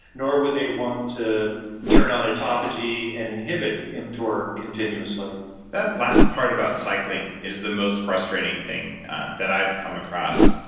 nor would they want to turn on autophagy and inhibit mtor continuously that last part about cycling is the most frustrating thing that i've come across.